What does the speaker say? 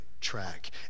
track